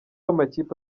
amakipe